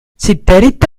சித்தரித்த